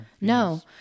No